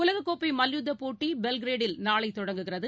உலககோப்பைமல்புத்தப் போட்டி பெல்கிரேடில் நாளைதொடங்குகிறது